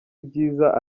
ibyiza